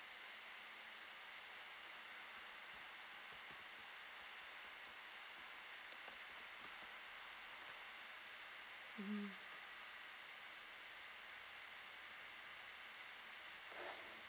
mm